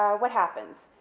what happens,